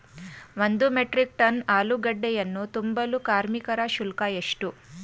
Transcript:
ಒಂದು metric ton ಆಲೂಗೆಡ್ಡೆಯನ್ನು ತುಂಬಲು ಕಾರ್ಮಿಕರ ಶುಲ್ಕ ಎಷ್ಟು?